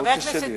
חבר הכנסת טיבי,